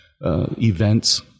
events